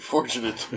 Fortunate